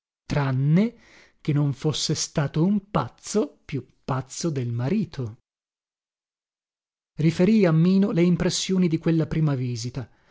tranne che non fosse stato un pazzo più pazzo del marito riferii a mino le impressioni di quella prima visita